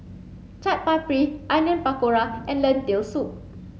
Chaat Papri Onion Pakora and Lentil soup